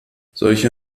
solche